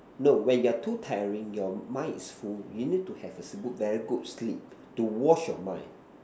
no when you're too tiring your mind is full you need to have a good very good sleep to wash your mind